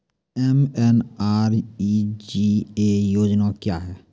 MNREGA योजना क्या हैं?